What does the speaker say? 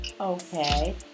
Okay